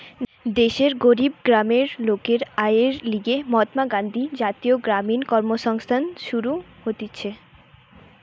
দেশের গরিব গ্রামের লোকের আয়ের লিগে মহাত্মা গান্ধী জাতীয় গ্রামীণ কর্মসংস্থান শুরু হতিছে